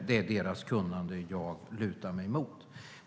Det är deras kunnande jag lutar mig mot.